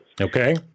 Okay